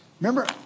Remember